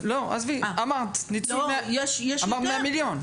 לא עזבי, אמרת ניצול, אמרת 100 מיליון.